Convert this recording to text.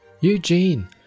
Eugene